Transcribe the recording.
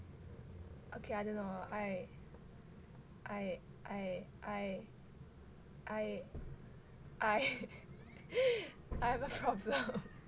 okay I don't know I I I I I I I have a problem